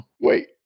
Wait